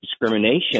discrimination